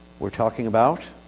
we're talking about